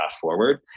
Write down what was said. forward